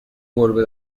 گربه